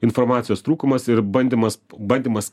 informacijos trūkumas ir bandymas bandymas